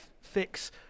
fix